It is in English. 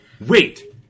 wait